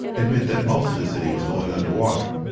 it meant that most of the city was going underwater.